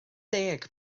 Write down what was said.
deg